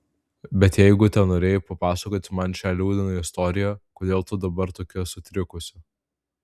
bet jeigu tenorėjai papasakoti man šią liūdną istoriją kodėl tu dabar tokia sutrikusi